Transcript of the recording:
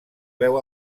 veu